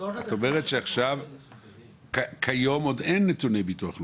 את אומרת שכיום עוד אין נתוני ביטוח לאומי.